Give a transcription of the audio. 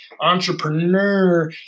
entrepreneur